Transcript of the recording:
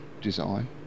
design